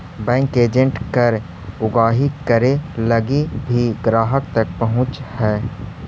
bank के agent कर उगाही करे लगी भी ग्राहक तक पहुंचऽ हइ